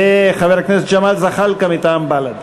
מנמקים את ההתנגדויות: מטעם סיעת העבודה,